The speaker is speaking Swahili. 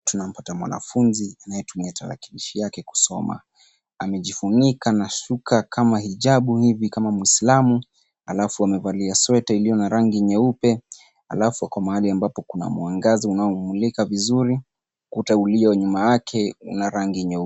Tunampata mwanafunzi anayetumia tarakilishi yake kusoma. Amejifunika na shuka kama hijabu hivi kama muislamu alafu amevalia sweta iliyo na rangi nyeupe alafu ako mahali ambapo kuna mwangaza unaomulika vizuri. Ukuta ulio nyuma yake una rangi nyeupe.